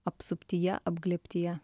apsuptyje apglėbtyje